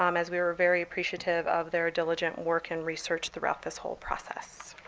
um as we were very appreciative of their diligent work and research throughout this whole process.